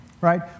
right